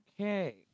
Okay